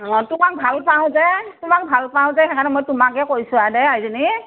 অ তোমাক ভাল পাওঁ যে তোমাক ভাল পাওঁ যে সেইকাৰণে মই তোমাকে কৈছোঁ আৰু দেই আইজনী